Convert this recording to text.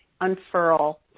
unfurl